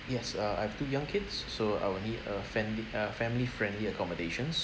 yes uh I've two young kids so I'll need a friendly uh family friendly accommodations